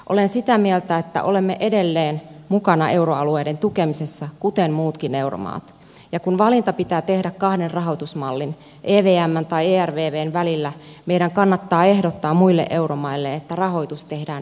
olen sitä mieltä että olemme edelleen mukana euroalueiden tukemisessa kuten muutkin euromaat ja kun valinta pitää tehdä kahden rahoitusmallin evmn tai ervvn välillä meidän kannattaa ehdottaa muille euromaille että rahoitus tehdään evmn kautta